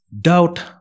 doubt